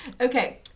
Okay